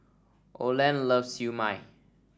Oland loves Siew Mai